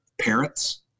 parents